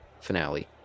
finale